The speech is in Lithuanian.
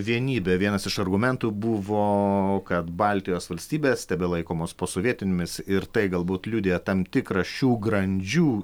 vienybę vienas iš argumentų buvo kad baltijos valstybės tebelaikomos posovietinėmis ir tai galbūt liudija tam tikrą šių grandžių